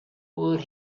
would